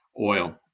oil